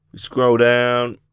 scroll down,